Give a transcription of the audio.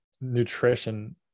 nutrition